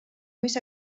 més